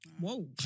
Whoa